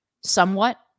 somewhat